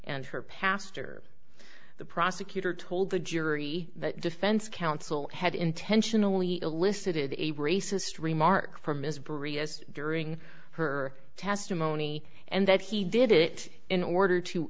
and her pastor the prosecutor told the jury the defense counsel had intentionally elicited a racist remark from ms bree as during her testimony and that he did it in order to